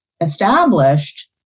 established